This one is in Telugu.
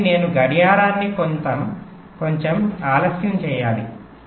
కాబట్టి నేను గడియారాన్ని కొంచెం ఆలస్యం చేయాలి